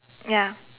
ya